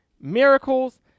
miracles